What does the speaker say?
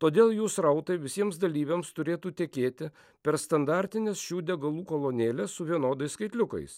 todėl jų srautai visiems dalyviams turėtų tekėti per standartines šių degalų kolonėles su vienodais skaitliukais